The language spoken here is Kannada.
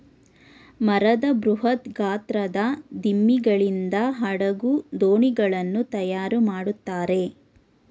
ಮರದ ಬೃಹತ್ ಗಾತ್ರದ ದಿಮ್ಮಿಗಳಿಂದ ಹಡಗು, ದೋಣಿಗಳನ್ನು ತಯಾರು ಮಾಡುತ್ತಾರೆ